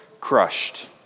crushed